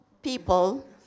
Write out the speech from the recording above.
People